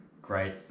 great